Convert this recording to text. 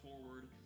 forward